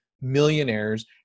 millionaires